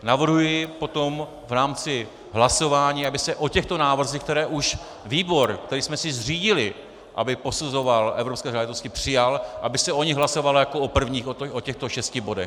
Navrhuji potom v rámci hlasování, aby se o těchto návrzích, které už výbor, který jsme si zřídili, aby posuzoval evropské záležitosti, přijal, aby se o nich hlasovalo jako o prvních, o těchto šesti bodech.